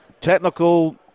technical